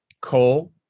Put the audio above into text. coal